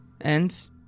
and